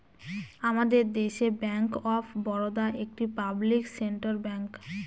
আমাদের দেশে bank of Baroda একটি পাবলিক সেক্টর ব্যাঙ্ক